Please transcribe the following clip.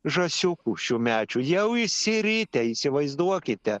žąsiukų šiųmečių jau išsiritę įsivaizduokite